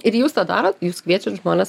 ir jūs tą darot jūs kviečiat žmones